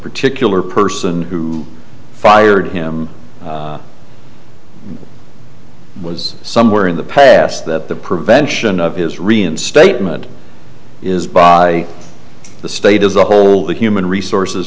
particular person who fired him was somewhere in the past that the prevention of his reinstatement is by the state as a whole the human resources